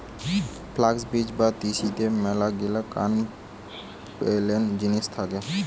flux বীজ বা তিসিতে মেলাগিলা কান পেলেন জিনিস থাকে